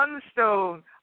sunstone